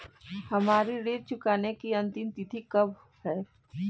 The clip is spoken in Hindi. हमारी ऋण चुकाने की अंतिम तिथि कब है?